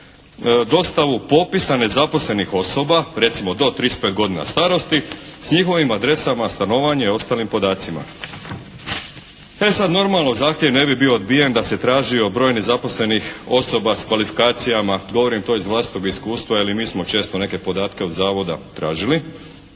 dostavu popisa nezaposlenih osoba recimo do 35 godina starosti s njihovim adresama stanovanja i ostalim podacima. E sada normalno zahtjev ne bi bio odbijen da se tražio broj nezaposlenih osoba s kvalifikacijama, govorim to iz vlastitog iskustva jer i mi smo često neke podatke od zavoda tražili